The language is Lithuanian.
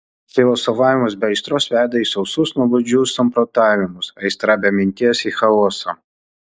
filosofavimas be aistros veda į sausus nuobodžius samprotavimus aistra be minties į chaosą